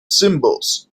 symbols